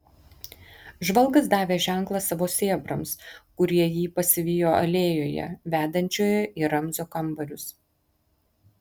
žvalgas davė ženklą savo sėbrams kurie jį pasivijo alėjoje vedančioje į ramzio kambarius